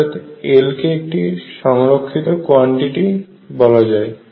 অর্থাৎ L কে একটি সংরক্ষিত কোয়ান্টিটি বলা যায়